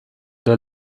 they